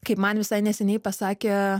kaip man visai neseniai pasakė